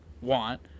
want